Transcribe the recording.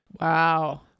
Wow